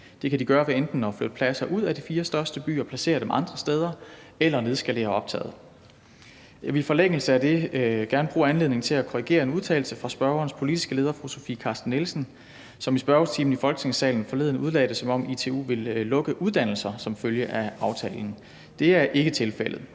Det kan de gøre ved enten at flytte pladser ud af de fire største byer og placere dem andre steder eller ved at nedskalere optaget. Jeg vil i forlængelse af det gerne bruge anledningen til at korrigere en udtalelse fra spørgerens politiske leder, fru Sofie Carsten Nielsen, som i spørgetimen i Folketingssalen forleden udlagde det, som om ITU som følge af aftalen vil lukke uddannelser. Det er ikke tilfældet.